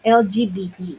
lgbt